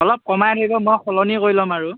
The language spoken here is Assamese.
অলপ কমাই ধৰিব মই সলনি কৰি ল'ম আৰু